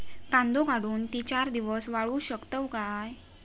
कांदो काढुन ती चार दिवस वाळऊ शकतव काय?